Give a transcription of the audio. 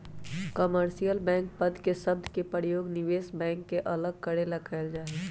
commercial bank पद के शब्द के प्रयोग निवेश बैंक से अलग करे ला कइल जा हई